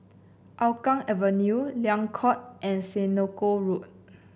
Hougang Avenue Liang Court and Senoko Road